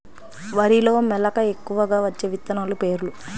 వరిలో మెలక ఎక్కువగా వచ్చే విత్తనాలు పేర్లు?